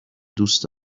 دوست